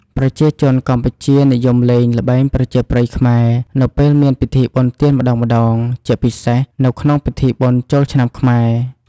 ប្រជាជនកម្ពុជានិយមលេង ល្បែងប្រជាប្រិយខ្មែរ នៅពេលមានពិធីបុណ្យទានម្តងៗ ជាពិសេសនៅក្នុងពិធីបុណ្យចូលឆ្នាំខ្មែរ។